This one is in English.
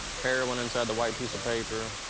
heroin inside the white piece of paper.